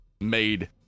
made